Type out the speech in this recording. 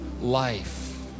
life